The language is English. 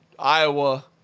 Iowa